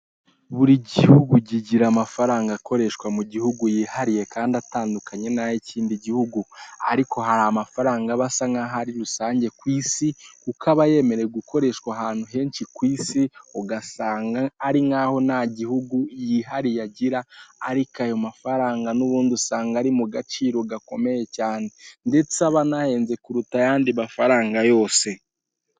Buri gihugu kigira amafaranga akoreshwa mu gihugu yihariye kandi atandukanye n'ay'ikindi gihugu, ariko hari amafaranga aba asa nk'aho ari rusange ku isi, kuko aba yemerewe gukoreshwa ahantu henshi ku isi, ugasanga ari nkaho nta gihugu yihariye agira, ariko ayo mafaranga n'ubundi usanga ari mu gaciro gakomeye cyane ndetse aba anahenze kuruta ayandi mafaranga yose.